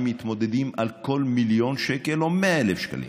מתמודדים על כל מיליון שקלים או 100,000 שקלים,